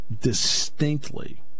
distinctly